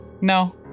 No